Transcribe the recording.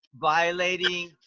violating